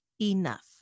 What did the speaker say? enough